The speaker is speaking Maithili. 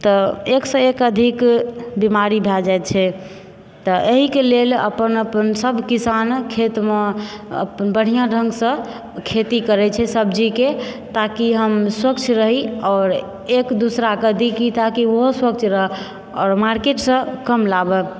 एक सँ एक अधिक बीमारी भए जाइत छै तऽ एहिके लेल अपन अपन सब किसान खेतमे अपन बढ़िआँ ढंगसँ खेती करैत छै सब्जीके ताकि हम स्वच्छ रही आओर एक दूसरा कऽ दी ताकि ओहो स्वच्छ रहऽ आओर मार्केटसँ कम लाबए